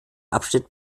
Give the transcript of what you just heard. abschnitt